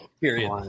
Period